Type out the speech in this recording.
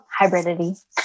hybridity